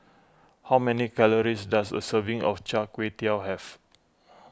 how many calories does a serving of Char Kway Teow have